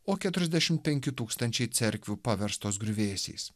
o keturiasdešim penki tūkstančiai cerkvių paverstos griuvėsiais